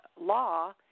law